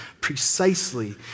precisely